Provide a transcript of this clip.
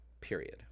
period